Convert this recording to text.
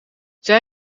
zij